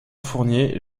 fournier